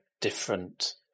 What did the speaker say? different